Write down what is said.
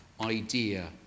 idea